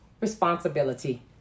responsibility